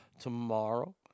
tomorrow